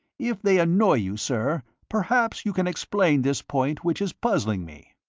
if they annoy you, sir, perhaps you can explain this point which is puzzling me?